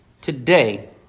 today